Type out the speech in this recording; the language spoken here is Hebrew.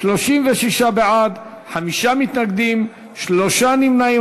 36 בעד, חמישה מתנגדים, שלושה נמנעים.